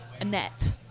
Annette